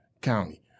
County